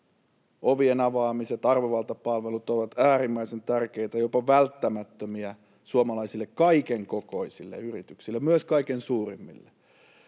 Ovien avaamiset, arvovaltapalvelut ovat äärimmäisen tärkeitä, jopa välttämättömiä suomalaisille kaiken kokoisille yrityksille, myös kaikkein suuremmille,